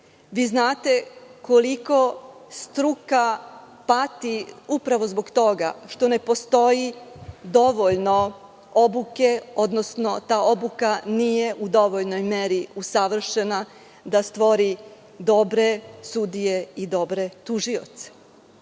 znate koliko struka pati upravo zbog toga što ne postoji dovoljno obuke, odnosno ta obuka nije u dovoljnoj meri usavršena da stvori dobre sudije i dobre tužioce.